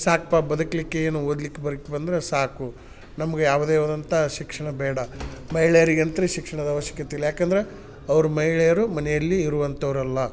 ಸಾಕಪ್ಪ ಬದುಕಲಿಕ್ಕೆ ಏನು ಓದ್ಲಿಕ್ಕೆ ಬರಿಯಕ್ ಬಂದ್ರೆ ಸಾಕು ನಮಗೆ ಯಾವುದೇ ಆದಂಥ ಶಿಕ್ಷಣ ಬೇಡ ಮಹಿಳೆಯರಿಗಂತೂ ಶಿಕ್ಷಣದ ಅವಶ್ಕತೆ ಇಲ್ಲ ಯಾಕಂದ್ರೆ ಅವರು ಮಹಿಳೆಯರು ಮನೆಯಲ್ಲಿ ಇರುವಂಥವರಲ್ಲ